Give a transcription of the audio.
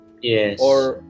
Yes